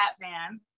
Batman